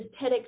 TEDx